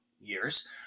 years